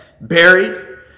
buried